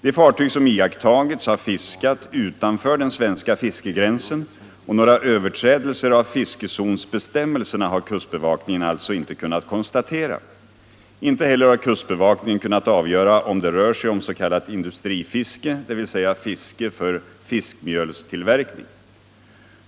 De fartyg som iakttagits har fiskat utanför den svenska fiskegränsen och några överträdelser av fiskezonsbestämmelserna har kustbevakningen alltså inte kunnat konstatera. Inte heller har kustbevakningen kunnat avgöra om det rör sig om s.k. industrifiske, dvs. fiske för fiskmjölstillverkning.